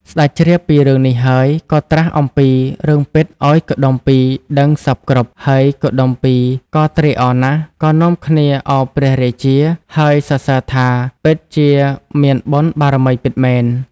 ស្ដេចជ្រាបពីរឿងនេះហើយ ក៏ត្រាស់អំពីរឿងពិតឱ្យកុដុម្ពីក៍ដឹងសព្វគ្រប់ ហើយកុដុម្ពីក៍ក៏ត្រេកអរណាស់ក៏នាំគា្នឱបព្រះរាជា ហើយសរសើរថាពិតជាមានបុណ្យបារមីពិតមែន។